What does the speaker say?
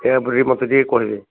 ୟା ଉପରେ ମୋତେ ଟିକେ କହିବେ